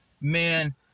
man